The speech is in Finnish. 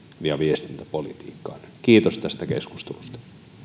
ja viestintäpolitiikkaan kiitos tästä keskustelusta